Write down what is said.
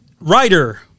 writer